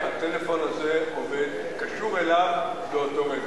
שהטלפון הזה קשור אליו באותו רגע.